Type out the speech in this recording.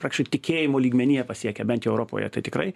praktiškai tikėjimo lygmenyje pasiekę bent europoje tai tikrai